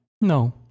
No